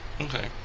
Okay